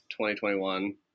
2021